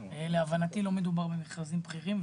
להבנתי לא מדובר במכרזים בכירים,